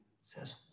says